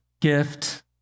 Gift